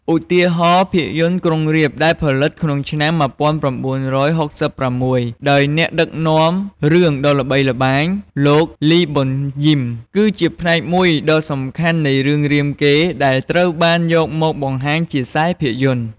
ឧទាហរណ៍ ភាពយន្ត "ក្រុងរាពណ៍" ដែលផលិតក្នុងឆ្នាំ ១៩៦៦ ដោយអ្នកដឹកនាំរឿងដ៏ល្បីល្បាញ លោក លី ប៊ុនយីម គឺជាផ្នែកមួយដ៏សំខាន់នៃរឿងរាមកេរ្តិ៍ដែលត្រូវបានយកមកបង្ហាញជាខ្សែភាពយន្ត។